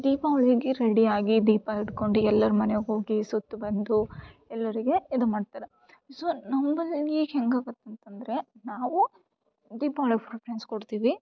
ದೀಪಾವಳಿಗೆ ರೆಡಿಯಾಗಿ ದೀಪ ಇಟ್ಕೊಂಡು ಎಲ್ಲಾರ ಮನೆಗೆ ಹೋಗಿ ಸುತ್ತಿ ಬಂದು ಎಲ್ಲರಿಗೇ ಇದು ಮಾಡ್ತಾರೆ ಸೊ ನಂಬಲ್ ಈಗ ಹೆಂಗೆ ಆಗತ್ತೆ ಅಂತಂದರೆ ನಾವು ದೀಪಾವಳಿಗೆ ಪ್ರಿಫ್ರೆನ್ಸ್ ಕೊಡ್ತೀವಿ